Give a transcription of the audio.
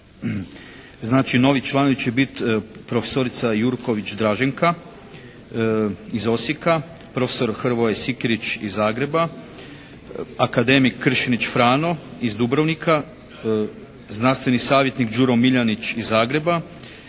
Znači, novi članovi će biti profesorica Jurković Draženka iz Osijeka, profesor Hrvoje Sikirić iz Zagreba, akademik Kršenić Frano iz Dubrovnika, znanstveni savjetnik Đuro Miljanić iz Zagreba,